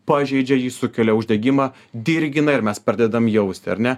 pažeidžia jį sukelia uždegimą dirgina ir mes pradedam jausti ar ne